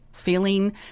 feeling